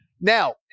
Now